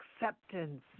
acceptance